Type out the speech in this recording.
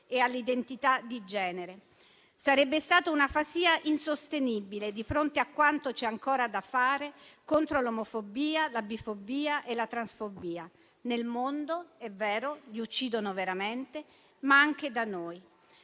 e all'identità di genere. Sarebbe stata un'afasia insostenibile di fronte a quanto c'è ancora da fare contro l'omofobia, la bifobia e la transfobia. Nel mondo - è vero - li uccidono veramente, ma anche da noi.